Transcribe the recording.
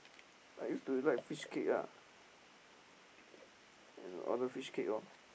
I used to like fishcake ah order fishcake lor